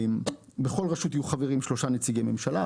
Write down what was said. בכל רשות יהיו חברים שלושה נציגי ממשלה.